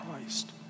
Christ